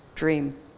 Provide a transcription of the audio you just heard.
dream